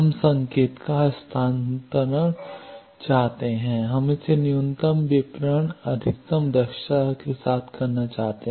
हम संकेत का हस्तांतरण चाहते हैं हम इसे न्यूनतम विरूपण अधिकतम दक्षता के साथ करना चाहते हैं